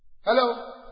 Hello